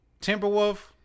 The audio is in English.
Timberwolf